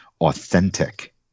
authentic